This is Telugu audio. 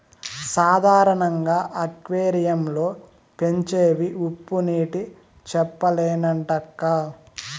సాధారణంగా అక్వేరియం లో పెంచేవి ఉప్పునీటి చేపలేనంటక్కా